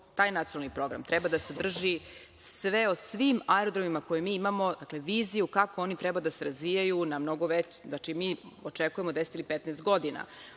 taj nacionalni program treba da sadrži sve o svim aerodromima koje mi imamo, dakle, viziju kako oni treba da se razvijaju, znači, mi očekujemo 10 ili 15